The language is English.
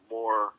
more